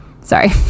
Sorry